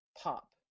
pop